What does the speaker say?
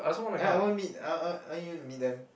ah I want meet I I I want you to meet them